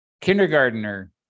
kindergartner